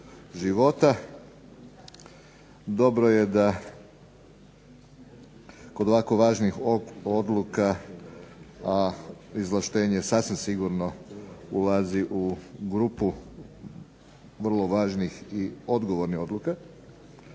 života. Dobro je da kod ovako važnih odluka, a izvlaštenje sasvim sigurno ulazi u grupu vrlo važnih i odgovornih odluka,